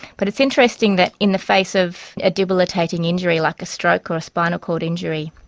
but it's interesting that in the face of a debilitating injury like a stroke or a spinal cord injury,